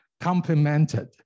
complemented